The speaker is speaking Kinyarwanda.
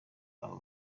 abo